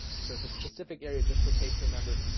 so it's a specific area just for patreon members.